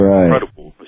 incredible